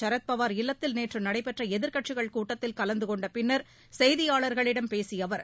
சரத்பவார் இல்லத்தில் நேற்று நடைபெற்ற எதிர்க்கட்சிகள் கூட்டத்தில் கலந்து கொண்ட பின்னர் செய்தியாளர்களிடம் பேசிய அவர்